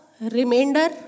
remainder